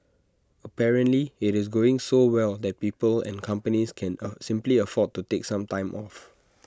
apparently IT is going so well that people and companies can are simply afford to take some time off